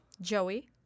Joey